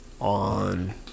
on